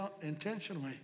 intentionally